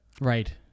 Right